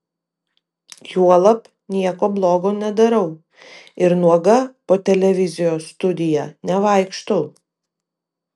juolab nieko blogo nedarau ir nuoga po televizijos studiją nevaikštau